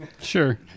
sure